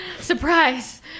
Surprise